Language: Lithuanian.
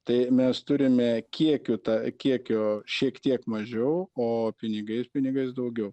tai mes turime kiekiu tą kiekio šiek tiek mažiau o pinigais pinigais daugiau